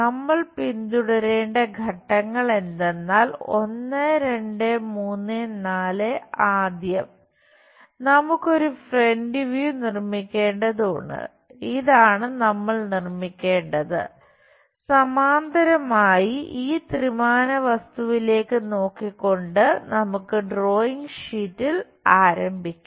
നമ്മൾ പിന്തുടരേണ്ട ഘട്ടങ്ങൾ എന്തെന്നാൽ 1 2 3 4 ആദ്യം നമുക്ക് ഒരു ഫ്രന്റ് വ്യൂ ആരംഭിക്കാം